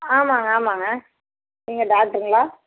ஆமாங்க ஆமாங்க நீங்கள் டாக்டருங்களா